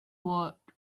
work